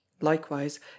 Likewise